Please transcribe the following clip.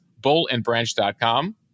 Bullandbranch.com